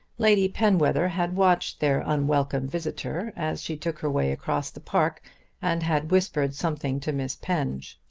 lady penwether had watched their unwelcome visitor as she took her way across the park and had whispered something to miss penge.